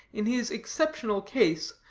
in his exceptional case,